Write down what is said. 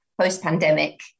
post-pandemic